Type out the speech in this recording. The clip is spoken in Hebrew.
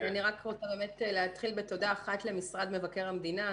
אני רוצה להתחיל בתודה למשרד מבקר המדינה.